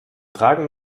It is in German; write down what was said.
tragen